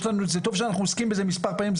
זה טוב שאנחנו עוסקים בזה מספר פעמים,